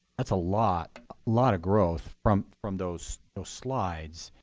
that's a lot lot of growth from from those so slides,